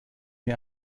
mir